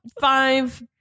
five